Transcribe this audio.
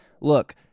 Look